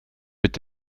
mit